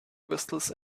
crystals